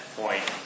point